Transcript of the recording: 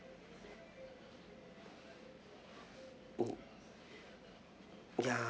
ya